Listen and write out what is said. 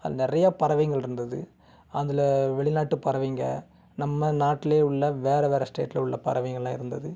அதில் நிறையா பறவைங்கள் இருந்தது அதில் வெளிநாட்டு பறவைங்கள் நம்ம நாட்டுலேயே உள்ள வேறு வேறு ஸ்டேட்டில் உள்ள பறவைங்களெல்லாம் இருந்தது